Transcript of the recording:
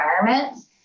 environments